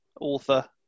author